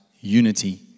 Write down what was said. unity